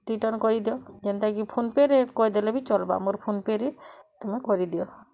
return କରିଦିଅ ଯେନ୍ତା କି ଫୋନ ପେ'ରେ କରିଦେଲେ ଚଲ୍ବା ମୋର ଫୋନ ପେ'ରେ ତୁମେ କରିଦିଅ